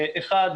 אחד,